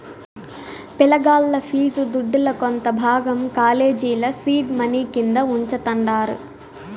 పిలగాల్ల ఫీజు దుడ్డుల కొంత భాగం కాలేజీల సీడ్ మనీ కింద వుంచతండారు